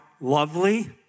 lovely